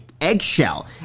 eggshell